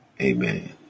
Amen